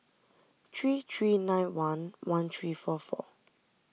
three three nine one one three four four